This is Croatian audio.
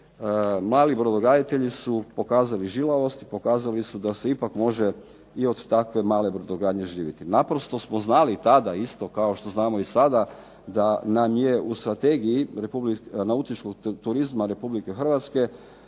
mali brodograditelji su pokazali žilavost i pokazali su da se od takve male brodogradnje živjeti. Naprosto smo znali tada isto kao što znamo tada da nam je u Strategiji nautičkog turizma Republike Hrvatske